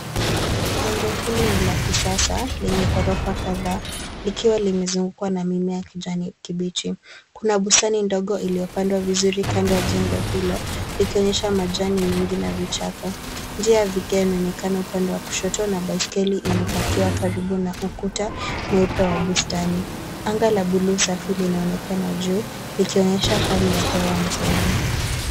Jengoo hili ni la kisasa lenye ghorofa kadhaa likiwa limezungukwa na mimea ya kijani kibichi. Kuna bustani ndogo iliyopandwa vizuri kando ya jengo hilo likionyesha majani mengi na vichaka. Njia ya vigae inaonekana upande wa kushoto na baiskeli imepakiwa karibu na ukuta mweupe wa bustani. Anga la buluu safi linaonekana juu likioyesha hali ya hewa nzuri.